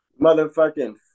Motherfucking